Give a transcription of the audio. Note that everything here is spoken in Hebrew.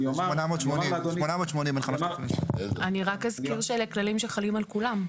זה 880. אני רק אזכיר שאלה כללים שחלים על כולם.